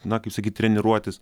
na kaip sakyt treniruotis